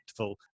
impactful